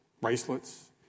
bracelets